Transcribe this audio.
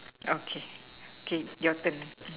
okay okay your turn